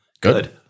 Good